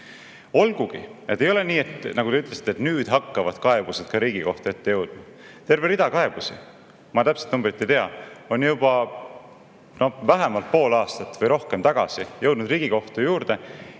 on fakt. Ei ole nii, nagu te ütlesite, et nüüd hakkavad kaebused ka Riigikohtu ette jõudma. Terve rida kaebusi, ma küll täpset numbrit ei tea, on juba vähemalt pool aastat või rohkem tagasi jõudnud Riigikohtuni,